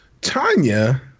tanya